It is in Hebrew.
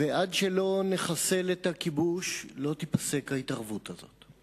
עד שלא נחסל את הכיבוש, לא תיפסק ההתערבות הזאת.